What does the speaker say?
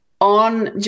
on